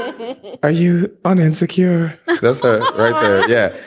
are are you an insecure that's right there. yeah.